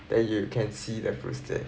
then you can see the fruits there